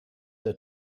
der